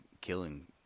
killing